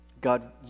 God